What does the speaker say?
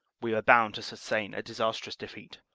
we were bound to sustain a disastrous defeat.